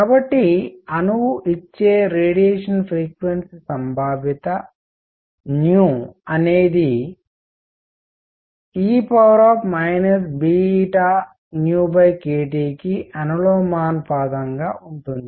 కాబట్టి అణువు ఇచ్చే రేడియేషన్ ఫ్రీక్వెన్సీ సంభావ్యత అనేది ∝ e kTగా ఉంటుంది